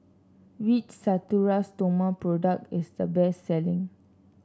which Natura Stoma product is the best selling